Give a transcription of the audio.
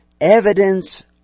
evidence